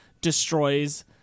destroys